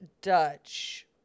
Dutch